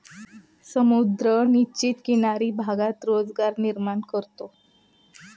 समुद्र निश्चित किनारी भागात रोजगार निर्माण करतो